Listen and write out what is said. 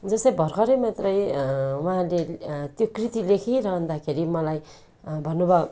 जस्तै भर्खरै मात्रै उहाँले त्यो कृति लेखिरहँदाखेरि मलाई भन्नुभयो